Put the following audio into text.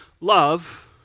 love